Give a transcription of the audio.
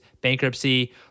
bankruptcy